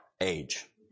age